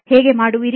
ಹೇಗೆ ಮಾಡುವಿರಿ